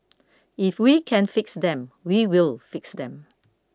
if we can fix them we will fix them